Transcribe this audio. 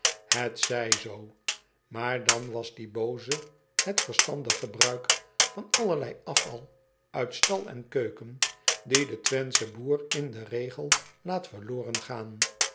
et zij zoo maar dan was die ooze het verstandig gebruik van allerlei afval uit stal en keuken dien de wenthsche boer in den regel laat verloren gaan